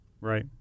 Right